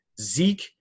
Zeke